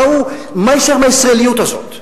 מה יישאר מהישראליות הזו,